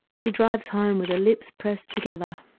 she drives home with her lips pressed together.